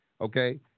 okay